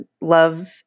love